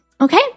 okay